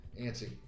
antsy